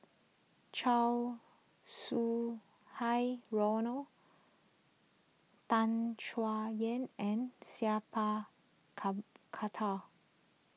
Chow Sau Hai Roland Tan Chay Yan and Sat Pal Khattar